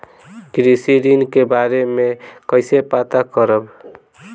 कृषि ऋण के बारे मे कइसे पता करब?